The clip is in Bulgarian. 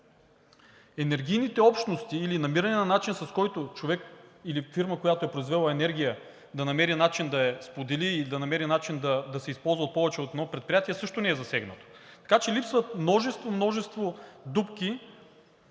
Енергийните общности или намиране на начин, с който човек или фирма, която е произвела енергия, да намери начин да я сподели и да намери начин да се използва повече от едно предприятие, също не е засегнат. Така че липсват множество дупки,